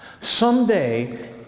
someday